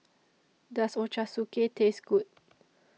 Does Ochazuke Taste Good